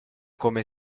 come